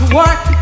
work